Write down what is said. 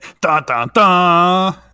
Da-da-da